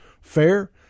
fair